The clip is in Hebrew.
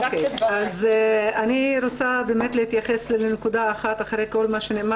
אני רוצה באמת להתייחס לנקודה אחת אחרי כל מה שנאמר.